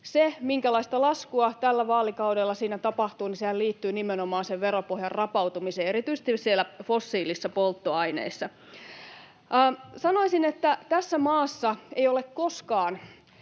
Se, minkälaista laskua tällä vaalikaudella siinä tapahtuu, liittyy nimenomaan veropohjan rapautumiseen, erityisesti fossiilisissa polttoaineissa. Sanoisin, että tässä maassa ei ole koskaan